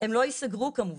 הם לא ייסגרו כמובן,